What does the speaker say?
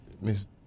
Miss